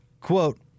Quote